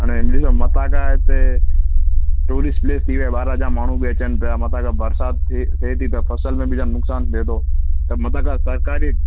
हाणे ॾिसो मथां खां हिते टूरिस्ट प्लेस थी वियो आहे ॿाहिरां जा माण्हू बि अचनि पिया मथां खां बरिसातु थिए थिए थी त फ़सल में बि जाम नुकसानु थिए थो त मथां खां सरकारी